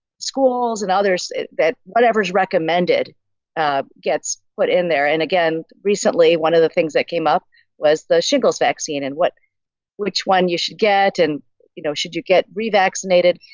schools and others that whatever is recommended ah gets put in there. and again recently one of the things that came up was the shingles vaccine, and what which one you should get and you know should you get revaccinated.